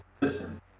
listen